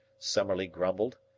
summerlee grumbled.